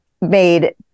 made